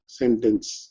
sentence